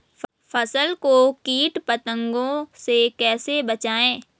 फसल को कीट पतंगों से कैसे बचाएं?